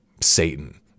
Satan